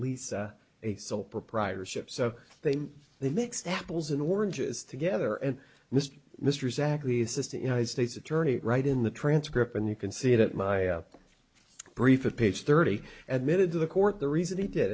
lease a sole proprietorship so they they mix apples and oranges together and mr mr exactly system united states attorney right in the transcript and you can see it at my brief it page thirty admitted to the court the reason he did